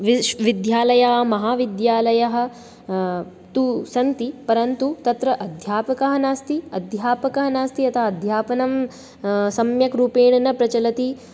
विश् विद्यालयः महाविद्यालयः तु सन्ति परन्तु तत्र अध्यापकः नास्ति अध्यापकः नास्ति यथा अध्यापनं सम्यक् रूपेण न प्रचलति